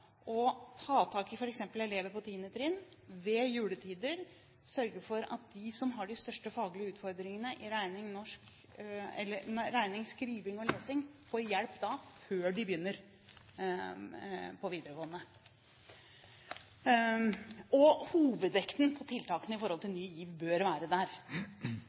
å ta tak i elever på 10. trinn ved juletider og sørge for at de som har de største faglige utfordringene i regning, skriving og lesing, får hjelp da, før de begynner på videregående. Hovedvekten på tiltakene i forhold til Ny GIV bør være der.